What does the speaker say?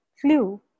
flu